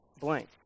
blank